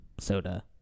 Soda